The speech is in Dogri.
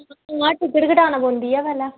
उयां टिकेट कटाना पौंदी ऐ पैह्लें